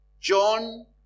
John